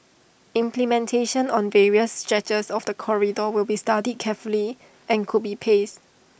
implementation on various stretches of the corridor will be studied carefully and could be paced